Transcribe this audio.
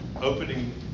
opening